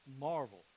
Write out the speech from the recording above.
marvel